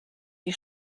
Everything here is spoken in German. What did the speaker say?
die